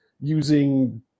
using